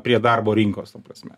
prie darbo rinkos ta prasme